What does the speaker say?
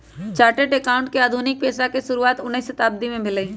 chartered accountant के आधुनिक पेशा के शुरुआत उनइ शताब्दी में भेलइ